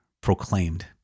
proclaimed